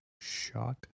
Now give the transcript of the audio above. shot